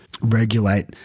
regulate